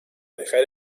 dejar